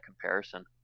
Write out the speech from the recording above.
comparison